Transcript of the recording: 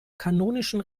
kanonischen